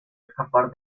escapar